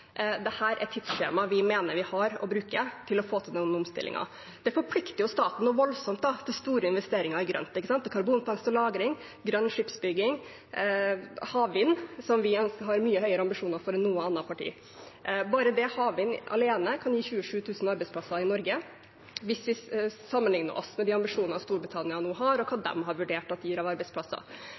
er det tidsskjemaet vi mener vi har for å få til denne omstillingen. Det forplikter staten noe voldsomt til store investeringer i grønt – til karbonfangst- og lagring, grønn skipsbygging og havvind, som vi har mye høyere ambisjoner for enn noe annet parti. Bare havvind alene kan gi 27 000 arbeidsplasser i Norge – hvis vi sammenligner oss med ambisjonene Storbritannia nå har, og hva de har vurdert at det gir av arbeidsplasser.